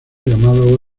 llamado